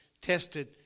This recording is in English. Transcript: tested